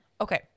Okay